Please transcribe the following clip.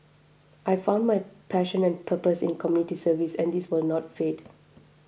I found my passion and purpose in community service and this will not fade